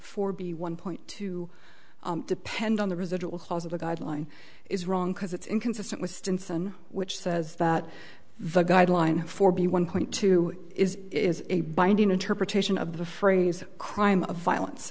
four b one point two depend on the residual cause of the guideline is wrong because it's inconsistent with stinson which says that the guideline for b one point two is is a binding interpretation of the phrase crime of violence